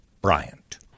Bryant